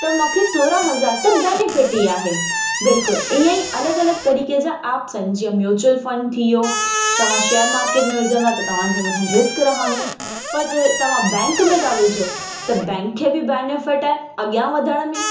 त मूंखे सोरहं हज़ार त बेनीफ़िट ई आहे बिल्कुलु ईअं ई अलॻि अलॻि तरीक़े जा ऐप्स आहिनि जीअं म्यूचिअल फ़ंड थी वियो तव्हां शेयर मार्केट में विझंदा त तव्हां जे मथां रिस्क रहंदो व पत ति तव्हां बैंक में था विझो व त बैंक खे बि बेनेफ़िट अॻियां वधण में